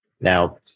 Now